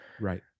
Right